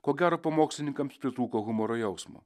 ko gero pamokslininkams pritrūko humoro jausmo